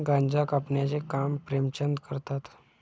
गांजा कापण्याचे काम प्रेमचंद करतात